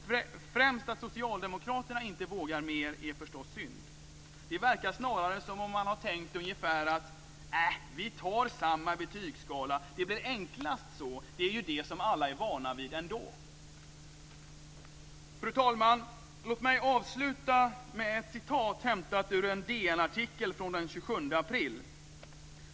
Främst att socialdemokraterna inte vågar mer är synd. Det verkar snarare som om man tänkt: Äh, vi tar samma betygsskala, det blir enklast så. Det är ju det som alla är vana vid ändå. Fru talman! Låt mig avsluta med ett citat hämtat ur en DN-artikel från den 27 april.